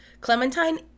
Clementine